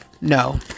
No